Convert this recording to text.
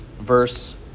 verse